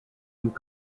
and